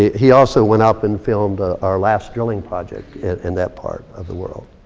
he also went up and filmed ah our last drilling project in that part of the world.